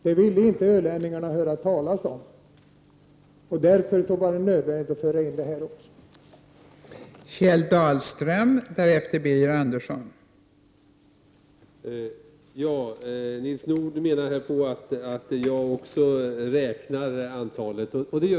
Det ville inte ölänningarna höra talas om, och därför var det nödvändigt att föra in även sådana anläggningar i lagen.